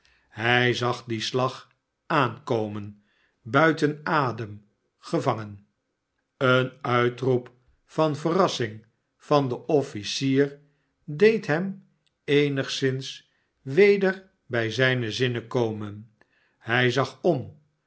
hij zag dien slag aankomen buiten adem gevangen een uitroep van verrassing van den offieier deed hem eenigszins weder bij zijne zinnen komen hij zag om